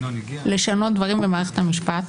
לשנות דברים במערכת המשפט,